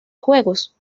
juegos